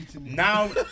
now